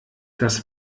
das